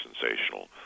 sensational